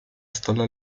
stole